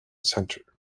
centre